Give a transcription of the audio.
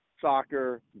soccer